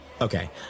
Okay